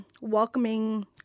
welcoming